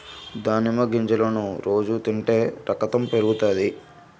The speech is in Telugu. దానిమ్మ గింజలను రోజు తింటే రకతం పెరుగుతాది